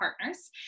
partners